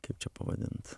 kaip čia pavadint